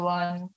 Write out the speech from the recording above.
one